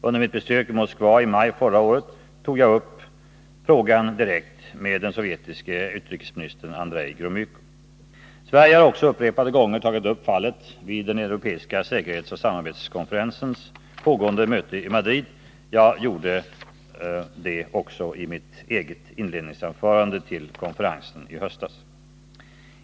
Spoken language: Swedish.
Under mitt besök i Moskva i maj förra året tog jag än en gång upp frågan direkt med utrikesminister Gromyko. Sverige har också upprepade gånger tagit upp fallet vid den europeiska säkerhetsoch samarbetskonferensens pågående möte i Madrid. Jag gjorde det också i mitt eget inledningsanförande vid konferensen i höstas.